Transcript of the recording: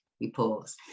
reports